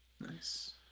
nice